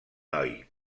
noi